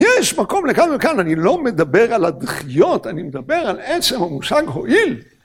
יש מקום לכאן וכאן, אני לא מדבר על הדחיות, אני מדבר על עצם המושג הואיל.